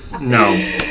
no